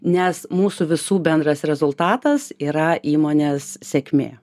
nes mūsų visų bendras rezultatas yra įmonės sėkmė